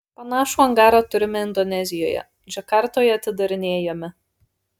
panašų angarą turime indonezijoje džakartoje atidarinėjame